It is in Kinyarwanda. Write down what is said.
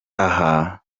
aha